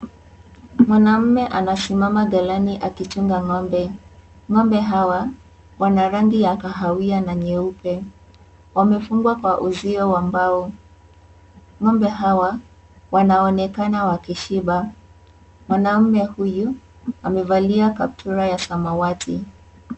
Manamme anasimama mbeleni akichunga ngombe, ngombe hawa wana rangi ya kahawia na nyeupe, wamefungwa kwa uzia wa mbao, ngombe hawa wanaonekana wakishiba, mwanaume huyu anavalia kaptura ya samawati.